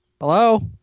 Hello